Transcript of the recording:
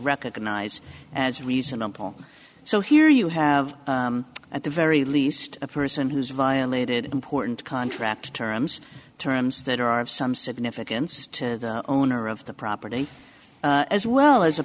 recognize as reasonable so here you have at the very least a person who's violated important contract terms terms that are of some significance to owner of the property as well as a